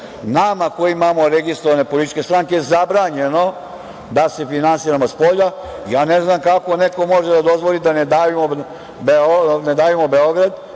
Nama koji imamo registrovane političke stranke zabranjeno je da se finansiramo spolja. Ne znam kako neko može da dozvoli da „Ne davimo Beograd“,